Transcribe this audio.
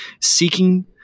seeking